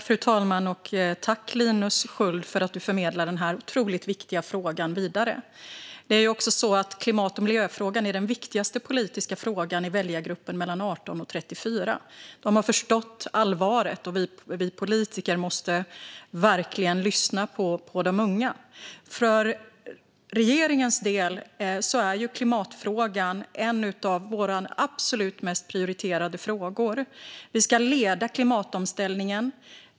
Fru talman! Tack, Linus Sköld, för att du förmedlar den här otroligt viktiga frågan vidare! Klimat och miljöfrågan är den viktigaste politiska frågan i väljargruppen 18-34 år. De har förstått allvaret, och vi politiker måste verkligen lyssna på de unga. För regeringens del är klimatfrågan en av de absolut mest prioriterade frågorna. Vi ska leda klimatomställningen.